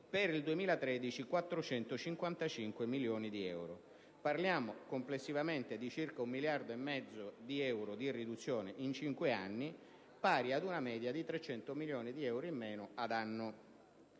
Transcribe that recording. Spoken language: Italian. per il 2012 e 455 milioni di euro per il 2013. Parliamo complessivamente di circa un miliardo e mezzo di euro di riduzione in cinque anni, pari ad una media di 300 milioni di euro in meno ad anno: